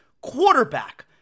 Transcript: quarterback